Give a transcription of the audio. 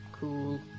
Cool